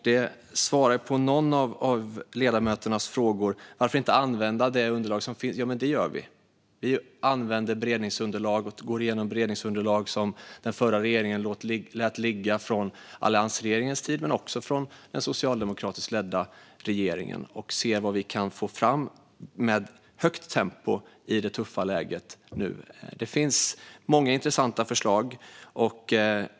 Det svarar på någon av ledamöternas frågor: Varför inte använda det underlag som finns? Det gör vi. Vi använder och går igenom beredningsunderlag som den förra regeringen lät ligga, från alliansregeringens tid men också från den socialdemokratiskt ledda regeringens tid, och ser vad vi kan få fram med högt tempo i detta tuffa läge. Det finns många intressanta förslag.